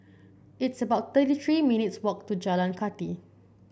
it's about thirty three minutes' walk to Jalan Kathi